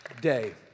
day